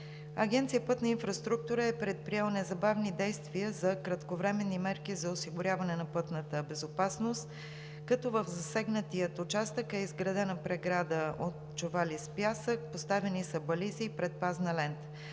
Агенция „Пътна инфраструктура“ е предприела незабавни действия за кратковременни мерки за осигуряване на пътната безопасност, като в засегнатия участък е изградена преграда от чували с пясък, поставени са бализии и предпазна лента.